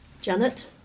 Janet